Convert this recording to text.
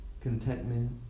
contentment